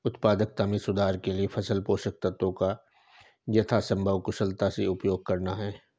उत्पादकता में सुधार के लिए फसल पोषक तत्वों का यथासंभव कुशलता से उपयोग करना है